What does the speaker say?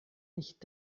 nicht